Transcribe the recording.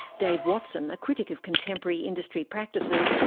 dave watson, a critic of contemporary industry practices,